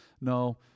no